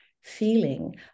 feeling